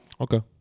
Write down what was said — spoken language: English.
Okay